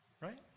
right